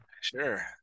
Sure